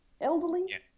elderly